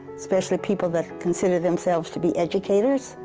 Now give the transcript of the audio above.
especially people that considered themselves to be educators.